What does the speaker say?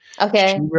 Okay